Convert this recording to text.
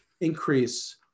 increase